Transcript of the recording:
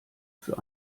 für